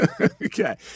Okay